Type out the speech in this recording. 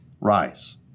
Rise